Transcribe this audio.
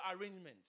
arrangements